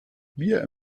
bier